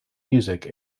music